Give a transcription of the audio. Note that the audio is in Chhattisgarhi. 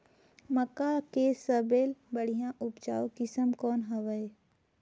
मक्का के सबले बढ़िया उपजाऊ किसम कौन हवय?